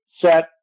set